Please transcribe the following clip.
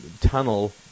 tunnel